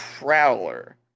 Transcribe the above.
Prowler